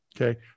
okay